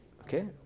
okay